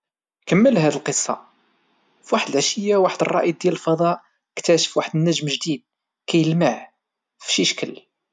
كمل هاد القصة، فواحد العشية واحد الرائد ديال الفضاء اكشتف واحد النجم جديد كيلمع.